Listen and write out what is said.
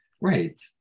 Right